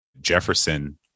jefferson